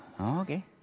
Okay